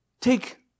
Take